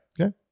Okay